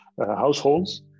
households